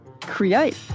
create